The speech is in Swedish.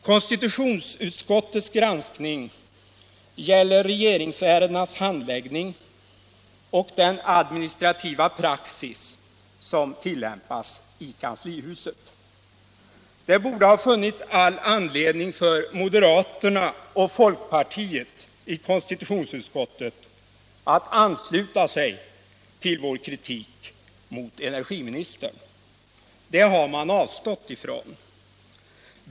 Konstitutionsutskottets granskning gäller regeringsärendenas handläggning och den administrativa praxis som tillämpas i kanslihuset. Det borde ha funnits all anledning för moderaterna och folkpartisterna i konstitutionsutskottet att ansluta sig till vår kritik mot energiministern. Det har man avstått från.